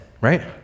right